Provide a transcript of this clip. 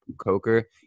Coker